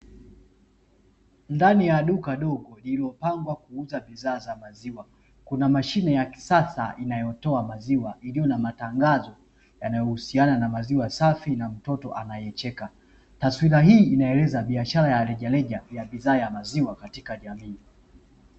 Ndani ya duka dogo lililopangwa kuuza bidhaa za maziwa, kuna mashine ya kisasa inayotoa maziwa iliyo na matangazo yanayohusiana na maziwa safi na mtoto anayecheka. Taswira hii inaeleza biashara ya rejareja ya bidhaa ya maziwa katika jamii.